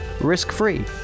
risk-free